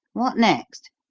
what next?